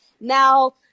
now